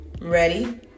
Ready